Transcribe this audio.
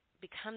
become